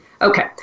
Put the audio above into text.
Okay